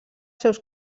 seus